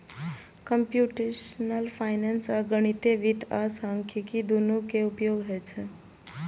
computational finance मे गणितीय वित्त आ सांख्यिकी, दुनू के उपयोग होइ छै